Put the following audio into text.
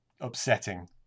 upsetting